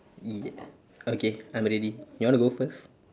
ya okay I'm ready you want to go first